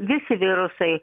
visi virusai